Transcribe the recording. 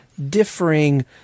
differing